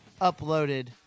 uploaded